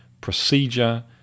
procedure